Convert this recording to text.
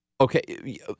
Okay